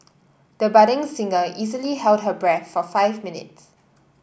the budding singer easily held her breath for five minutes